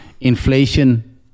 inflation